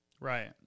Right